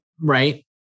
Right